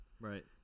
Right